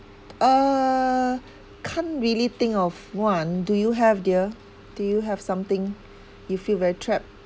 uh can't really think of one do you have dear do you have something you feel very trapped